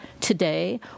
today